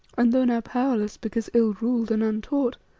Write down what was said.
and though now powerless because ill-ruled and untaught,